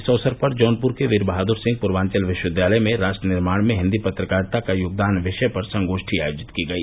इस अवसर पर जौनपुर के वीर बहादुर सिंह पूर्वाचल विश्वविद्यालय में राष्ट्र निर्माण में हिन्दी पत्रकारिता का योगदान विषय पर संगोष्ठी आयोजित की गई